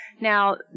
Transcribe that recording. Now